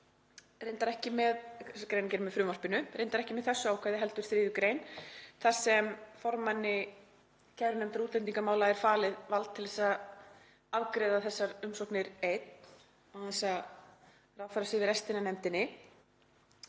reyndar ekki með þessu ákvæði heldur 3. gr., að formanni kærunefndar útlendingamála er falið vald til að afgreiða þessar umsóknir einn án þess að ráðfæra sig við restina af nefndinni.